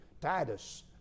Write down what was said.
Titus